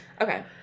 Okay